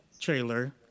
trailer